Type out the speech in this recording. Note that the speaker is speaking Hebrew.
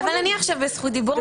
אני עכשיו בזכות דיבור,